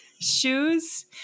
shoes